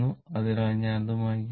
അതിനാൽ ഞാൻ അത് മായ്ക്കട്ടെ